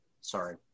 sorry